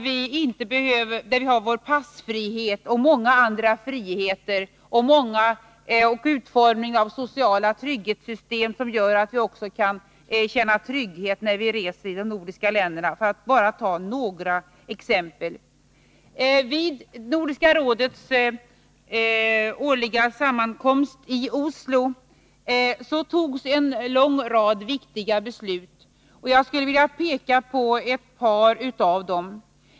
Vi har vår passfrihet och många andra friheter samt utformningen av sociala trygghetssystem, som gör att vi också kan känna trygghet när vi reser i de nordiska länderna — för att ta bara några exempel. Vid Nordiska rådets sammankomst i Oslo i år fattades en lång rad viktiga beslut. Jag skall peka på ett par av dem.